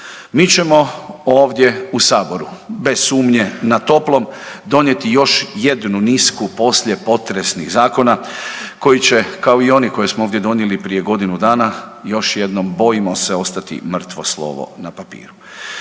Mi ćemo ovdje u Saboru bez sumnje, na toplom donijeti još jednu nisku poslijepotresnih zakona koji će, kao i oni koje smo ovdje donijeli prije godinu dana još jednom, bojimo se, ostati mrtvo slovo na papiru.